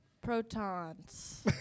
Protons